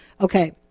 okay